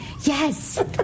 yes